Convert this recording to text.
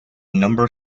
number